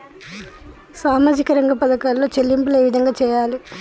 సామాజిక రంగ పథకాలలో చెల్లింపులు ఏ విధంగా చేయాలి?